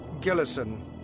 Gillison